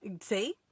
see